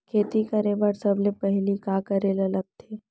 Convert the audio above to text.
खेती करे बर सबले पहिली का करे ला लगथे?